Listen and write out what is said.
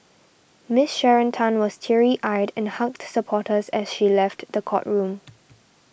Miss Sharon Tan was teary eyed and hugged supporters as she left the courtroom